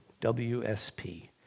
W-S-P